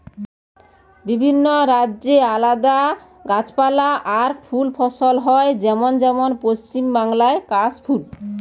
বিভিন্ন রাজ্যে আলদা গাছপালা আর ফুল ফসল হয় যেমন যেমন পশ্চিম বাংলায় কাশ ফুল